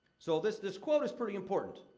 so, this this quote is pretty important.